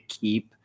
keep